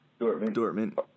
Dortmund